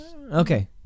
Okay